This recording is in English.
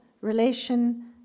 relation